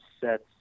sets